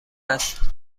است